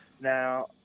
Now